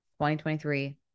2023